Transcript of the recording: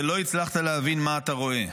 ולא הצלחת להבין מה אתה רואה".